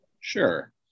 Sure